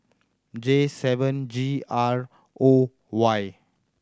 J seven G R O Y